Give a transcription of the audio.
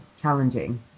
challenging